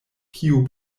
kio